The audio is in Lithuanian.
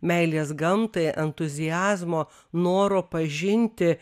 meilės gamtai entuziazmo noro pažinti